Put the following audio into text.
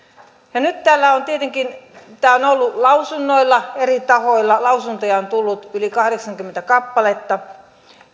nyt tietenkin tämä on ollut lausunnoilla eri tahoilla lausuntoja on tullut yli kahdeksankymmentä kappaletta